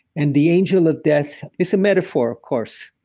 and the angel of death, it's a metaphor of course,